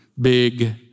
big